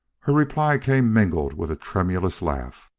her reply came mingled with a tremulous laugh.